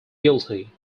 guilty